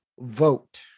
vote